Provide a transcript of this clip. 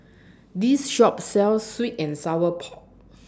This Shop sells Sweet and Sour Po